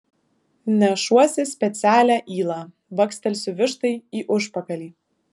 nešuosi specialią ylą bakstelsiu vištai į užpakalį